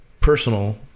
personal